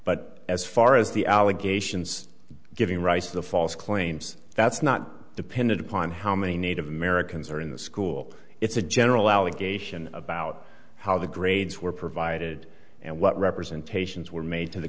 but as far as the allegations giving rise to false claims that's not dependent upon how many native americans are in the school it's a general allegation about how the grades were provided and what representations were made to the